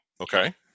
Okay